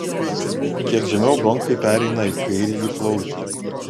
kiek žemiau bronchai pereina į kairįjį plautį